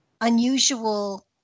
unusual